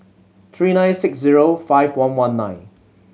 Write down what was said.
three nine six zero five one one nine